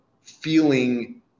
feeling